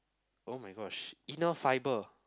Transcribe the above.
oh-my-gosh inner fibre